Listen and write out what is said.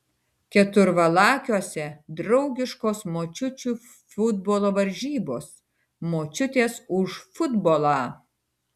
keturvalakiuose draugiškos močiučių futbolo varžybos močiutės už futbolą